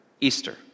Easter